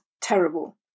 terrible